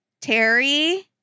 Terry